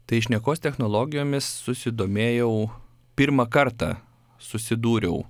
tai šnekos technologijomis susidomėjau pirmą kartą susidūriau